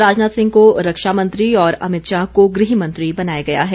राजनाथ सिंह को रक्षा मंत्री और अमित शाह को गृहमंत्री बनाया गया है